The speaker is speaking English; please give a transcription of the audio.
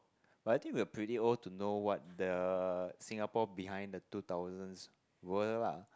but I think we're pretty old to know what the Singapore behind the two thousands were lah